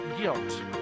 guilt